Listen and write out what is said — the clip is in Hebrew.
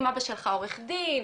אבא שלך עורך דין,